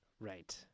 right